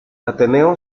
ateneo